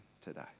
today